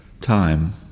time